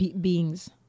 beings